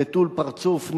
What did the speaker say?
נטול פרצוף,